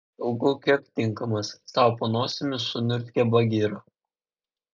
stūgauk kiek tinkamas sau po nosimi suniurzgė bagira